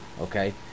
okay